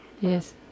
Yes